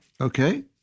Okay